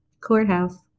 courthouse